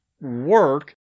work